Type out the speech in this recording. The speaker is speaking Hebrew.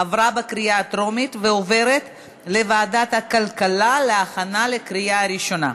עברה בקריאה הטרומית ועוברת לוועדת הכלכלה להכנה לקריאה ראשונה.